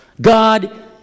God